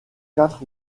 quatre